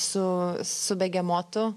su su begemotu